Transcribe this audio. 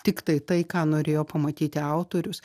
tiktai tai ką norėjo pamatyti autorius